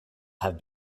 have